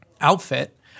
outfit